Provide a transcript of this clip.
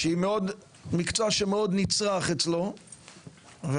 מקצוע מאוד נצרך אצלו,